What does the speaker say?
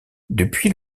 depuis